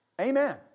Amen